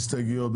הסתייגויות.